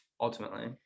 ultimately